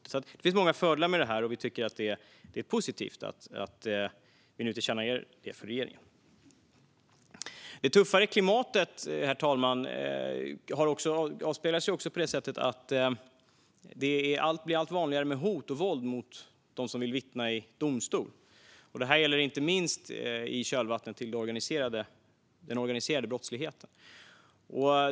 Det finns alltså många fördelar med det här, och vi tycker att det är positivt att vi nu tillkännager detta för regeringen. Herr talman! Det tuffare klimatet avspeglar sig också i att det blir allt vanligare med hot och våld mot dem som vill vittna i domstol. Det här gäller inte minst i kölvattnet av den organiserade brottsligheten.